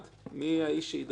בבקשה.